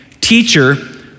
Teacher